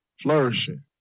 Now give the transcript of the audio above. flourishing